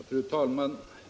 Fru talman!